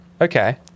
okay